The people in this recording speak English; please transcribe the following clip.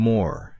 More